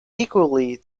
equally